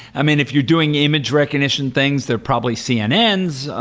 i mean, if you're doing image recognition things, they're probably cnns.